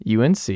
UNC